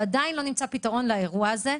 ועדיין לא נמצא פתרון לאירוע הזה.